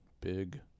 big